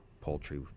poultry